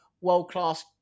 world-class